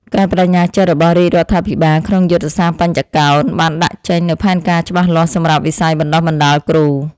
ការប្តេជ្ញាចិត្តរបស់រាជរដ្ឋាភិបាលក្នុងយុទ្ធសាស្ត្របញ្ចកោណបានដាក់ចេញនូវផែនការច្បាស់លាស់សម្រាប់វិស័យបណ្តុះបណ្តាលគ្រូ។